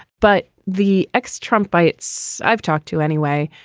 but the ex trumped by its i've talked to anyway,